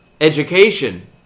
education